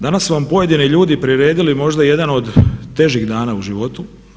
Danas su vam pojedini ljudi priredili možda jedan od težih dana u životu.